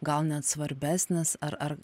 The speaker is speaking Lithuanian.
gal net svarbesnis ar ar